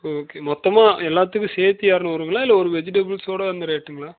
okay மொத்தமாக எல்லாத்துக்கும் சேர்த்தி இரநூறுங்களா இல்லை ஒரு வெஜிடபிள்ஸோடு அந்த ரேட்டுங்களா